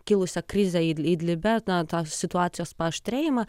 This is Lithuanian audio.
kilusią krizę idlibe tą tą situacijos paaštrėjimą